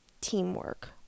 teamwork